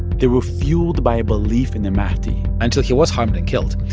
they were fueled by a belief in the mahdi until he was harmed and killed.